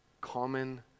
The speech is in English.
common